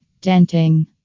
Denting